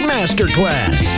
Masterclass